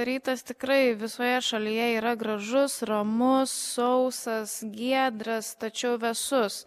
rytas tikrai visoje šalyje yra gražus ramus sausas giedras tačiau vėsus